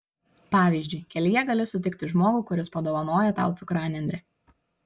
pavyzdžiui kelyje gali sutikti žmogų kuris padovanoja tau cukranendrę